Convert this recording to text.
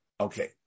okay